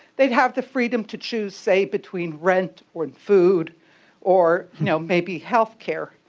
they'd have the freedom to choose, say, between rent or food or, you know, maybe healthcare.